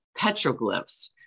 petroglyphs